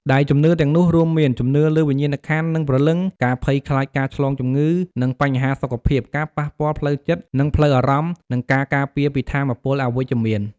ដែលជំនឿទាំងនោះរួមមាន ជំនឿលើវិញ្ញាណក្ខន្ធ និងព្រលឹង ការភ័យខ្លាចការឆ្លងជំងឺ និងបញ្ហាសុខភាព ការប៉ះពាល់ផ្លូវចិត្ត និងផ្លូវអារម្មណ៍ និងការការពារពីថាមពលអវិជ្ជមាន។